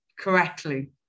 correctly